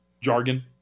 Jargon